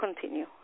continue